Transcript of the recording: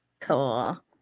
Cool